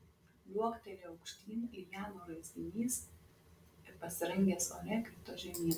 liuoktelėjo aukštyn lianų raizginys ir pasirangęs ore krito žemyn